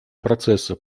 процесса